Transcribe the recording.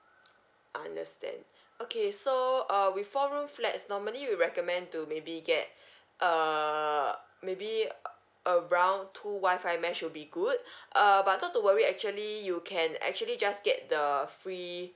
understand okay so uh with four room flat is normally we recommend to maybe get err maybe uh around two Wi-Fi mesh will be good err but not to worry actually you can actually just get the free